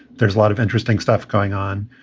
there's a lot of interesting stuff going on,